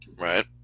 right